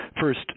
First